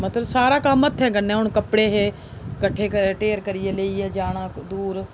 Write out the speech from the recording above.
मतलब सारा कम्म हत्थें कन्नै हून कप्पड़े हे कट्ठे क ढेर करियै लेइयै जाना दूर